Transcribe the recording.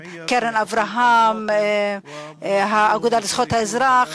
קרן אברהם והאגודה לזכויות האזרח,